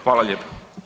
Hvala lijepo.